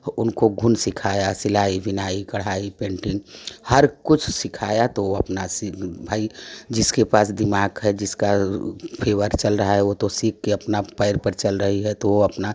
और उनको गुण सिखाया सिलाई बिनाई कढ़ाई पेंटिंग हर कुछ सिखाया तो तो अपना भई जिसके पास दिमाग है जिसका फेवर चल रहा है वो तो सीख के अपना पैर पर चल रही है तो अपना